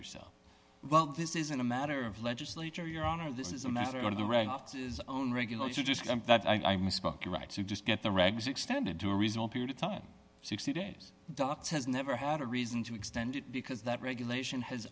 yourself well this isn't a matter of legislature your honor this is a matter of the red zone regularly i misspoke your right to just get the regs extended to a result period of time sixty days docs has never had a reason to extend it because that regulation has